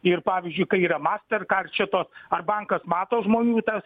ir pavyzdžiui kai yra mastercard šitos ar bankas mato žmonių tas